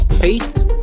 Peace